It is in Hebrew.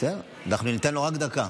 בסדר, אנחנו ניתן לו רק דקה.